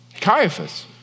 Caiaphas